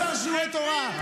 מסר שיעורי תורה,